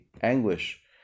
anguish